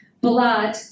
blood